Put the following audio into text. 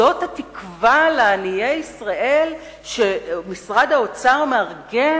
זאת התקווה לעניי ישראל שמשרד האוצר מארגן?